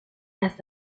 las